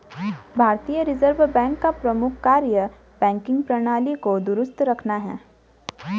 भारतीय reserve bank का प्रमुख कार्य बैंकिंग प्रणाली को दुरुस्त रखना है